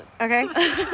Okay